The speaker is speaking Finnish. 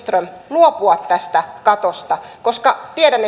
luopua tästä katosta koska tiedän